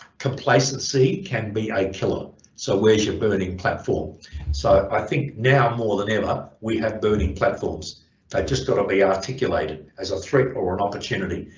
complacency can be a killer so where's your burning platform so i think now more than ever we have burning platforms they've just got to be articulated as a threat or an opportunity.